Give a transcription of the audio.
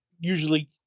Usually